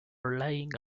relying